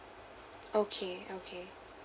okay okay